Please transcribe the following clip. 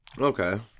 Okay